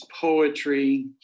poetry